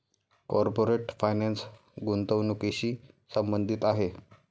corporate finance गुंतवणुकीशी संबंधित आहे